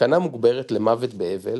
בסכנה מוגברת למוות באבל